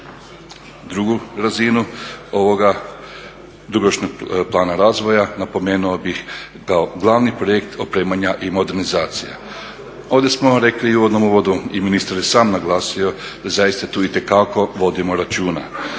Drugu razinu ovoga dugoročnog plana razvoja napomenuo bih kao glavni projekt opremanja i modernizacija. Ovdje smo rekli u uvodnom uvodu i ministar je sam naglasio da zaista tu itekako vodimo računa.